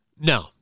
no